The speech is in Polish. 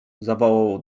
zawołał